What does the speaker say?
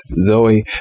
Zoe